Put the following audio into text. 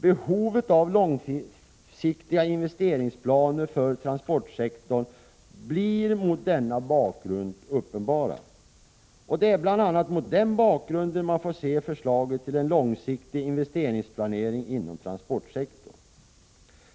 Behovet av långsiktiga investeringsplaner för transportsektorn blir därmed uppenbart. Det är bl.a. mot den bakgrunden man får se förslaget till en långsiktig investeringsplanering inom transportsektorn.